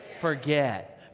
forget